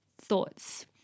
thoughts